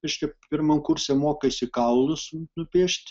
reiškia pirmam kurse mokaisi kaulus nupiešti